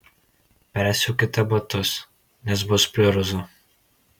persiaukite batus nes bus pliurza